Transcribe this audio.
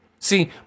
See